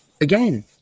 again